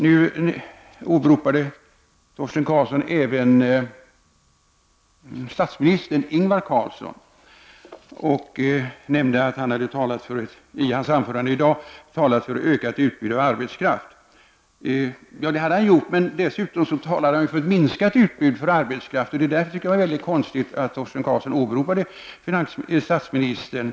Nu åberopade Torsten Karlsson även statsminister Ingvar Carlsson och nämnde att han i sitt anförande i dag hade talat för ökat utbud av arbetskraft. Ja, det gjorde han, men dessutom talade han för ett minskat utbud av arbetskraft, och det var därför konstigt att Torsten Karlsson åberopade statsministern.